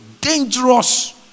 dangerous